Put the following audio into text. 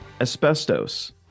Asbestos